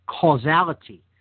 causality